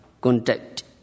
contact